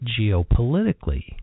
geopolitically